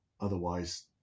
Otherwise